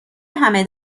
همه